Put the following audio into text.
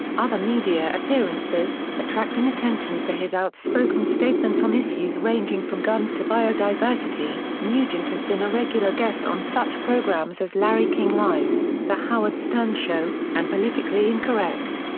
other media appearances attracting attention for his outspoken statements on issues ranging from guns to biodiversity, nugent has been a regular guest on such programs as larry king live, the howard stern show, and politically incorrect.